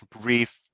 brief